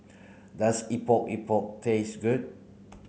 does Epok Epok taste good